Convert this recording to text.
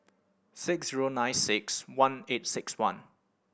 six zero nine six one eight six one